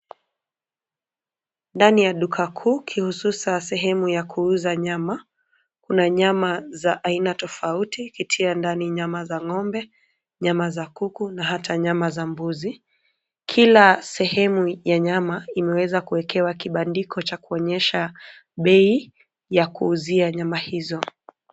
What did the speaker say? Ndani ya duka kuu kihususa sehemu ya kuuza nyama, kuna nyama za aina tofauti ikitia ndani nyama ya ng'ombe, nyama za kuku na hata nyama za mbuzi, kila, sehemu ya nyama imeweza kuwekewa kibandiko cha kuonyesha, bei, ya kuuzia nyama hizo.